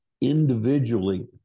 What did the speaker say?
individually